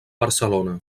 barcelona